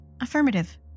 Affirmative